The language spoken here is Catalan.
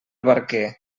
barquer